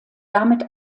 damit